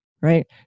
Right